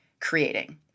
creating